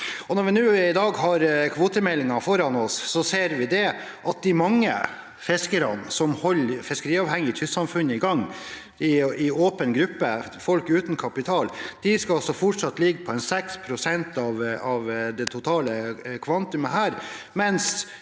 Når vi i dag har kvotemeldingen foran oss, ser vi at de mange fiskerne som holder de fiskeriavhengige kystsamfunnene i gang – i åpen gruppe, folk uten kapital – fortsatt skal ligge på 6 pst. av det totale kvantumet,